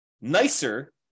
nicer